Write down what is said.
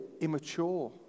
immature